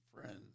friends